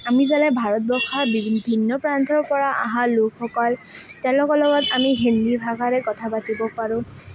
আমি যেনে ভাৰতবৰ্ষৰ ভিন্ন প্ৰান্তৰ পৰা অহা লোকসকল তেওঁলোকৰ লগত আমি হিন্দী ভাষাতে কথা পাতিব পাৰোঁ